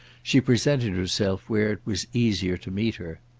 she presented herself where it was easier to meet her.